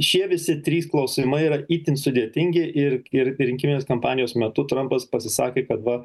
šie visi trys klausimai yra itin sudėtingi ir ir rinkiminės kampanijos metu trampas pasisakė kad va